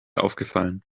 aufgefallen